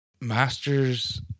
Masters